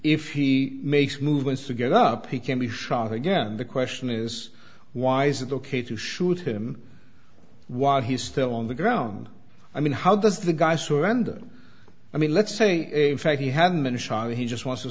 if he makes movements to get up he can be shot again the question is why is it ok to shoot him while he's still on the ground i mean how does the guy surrender i mean let's say in fact he hadn't been shot he just wants to